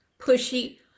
pushy